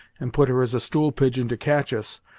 and put her as a stool-pigeon to catch us,